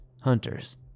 hunters